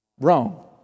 wrong